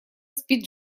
спит